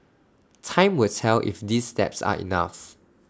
time will tell if these steps are enough